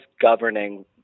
governing